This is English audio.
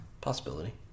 possibility